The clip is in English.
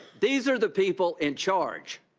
these are the people in charge.